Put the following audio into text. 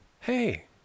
Hey